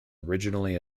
originally